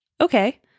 Okay